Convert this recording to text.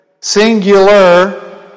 Singular